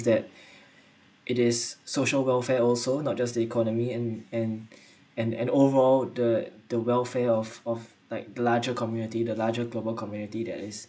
that it is social welfare also not just the economy and and and and overall the the welfare of of like the larger community the larger global community that is